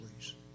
please